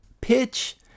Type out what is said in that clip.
Pitch